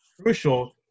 crucial